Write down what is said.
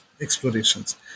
Explorations